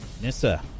Nissa